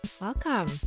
Welcome